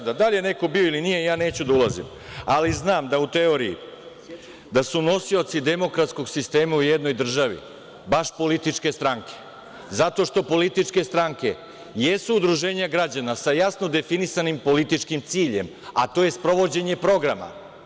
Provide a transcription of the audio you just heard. Da li je neko bio ili nije, ja neću da ulazim, ali znam u teoriji da su nosioci demokratskog sistema u jednoj državi baš političke stranke, zato što političke stranke jesu udruženja građana sa jasno definisanim političkim ciljem, a to je sprovođenje programa.